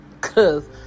cause